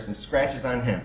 some scratches on him